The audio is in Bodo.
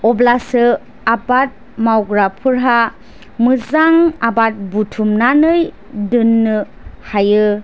अब्लासो आबाद मावग्राफोरहा मोजां आबाद बुथुमनानै दोननो हायो